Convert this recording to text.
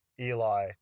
Eli